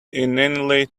inanely